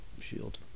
shield